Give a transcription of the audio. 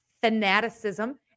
fanaticism